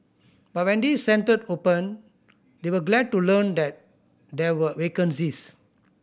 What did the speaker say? but when this centre opened they were glad to learn that there were vacancies